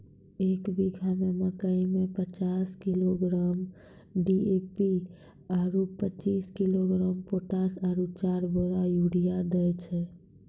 एक बीघा मे मकई मे पचास किलोग्राम डी.ए.पी आरु पचीस किलोग्राम पोटास आरु चार बोरा यूरिया दैय छैय?